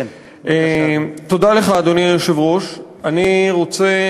אדוני היושב-ראש, תודה